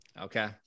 okay